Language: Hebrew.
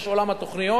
יש עולם התוכניות,